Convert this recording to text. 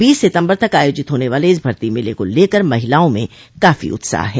बीस सितम्बर तक आयोजित होने वाले इस भर्ती मेल को लेकर महिलाओं में काफी उत्साह है